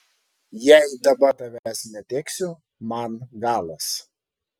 jei dabar tavęs neteksiu man galas